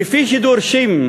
כפי שדורשים,